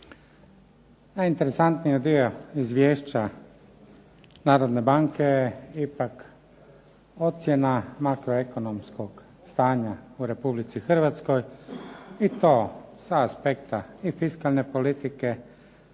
Najinteresantniji dio izvješća HNB-a ipak ocjena markoekonomskog stanja u Republici Hrvatskoj i to sa aspekta i fiskalne politike